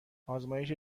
آزمایش